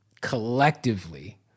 collectively